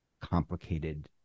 complicated